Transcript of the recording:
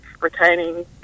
retaining